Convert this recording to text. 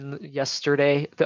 yesterday